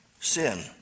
sin